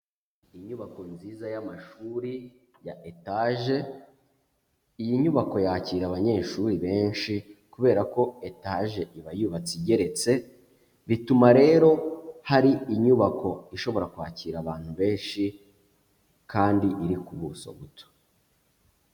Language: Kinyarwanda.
Inyubako nziza y'amashuri ya etaje, iyi nyubako yakira abanyeshuri benshi kubera ko etaje iba yubatse igereretse, bituma rero hari inyubako ishobora kwakira abantu benshi kandi iri ku buso buto.